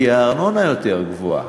כי הארנונה יותר גבוהה.